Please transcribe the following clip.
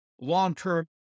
long-term